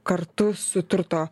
kartu su turto